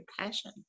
passion